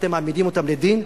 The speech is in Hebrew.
אתם מעמידים אותם לדין,